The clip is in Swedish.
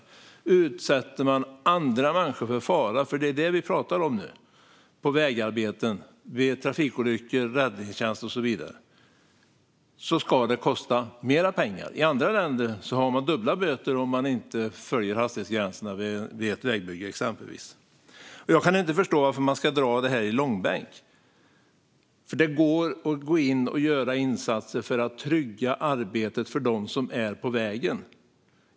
Om man utsätter andra människor för fara - för det är det vi pratar om nu - vid vägarbeten, trafikolyckor, räddningstjänst och så vidare ska det kosta mer pengar. I andra länder blir det dubbla böter om man inte följer hastighetsgränserna exempelvis vid ett vägbygge. Jag kan inte förstå varför man ska dra det här i långbänk, för det går att gå in och göra insatser för att trygga arbetet för dem som är på vägen.